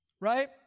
Right